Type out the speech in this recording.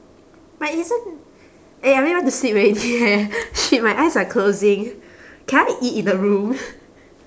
but isn't eh I really want to sleep already eh shit my eyes are closing can I eat in the room